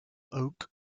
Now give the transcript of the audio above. oak